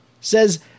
says